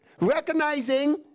recognizing